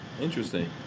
Interesting